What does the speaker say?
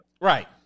Right